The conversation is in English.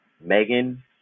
Megan